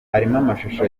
amashusho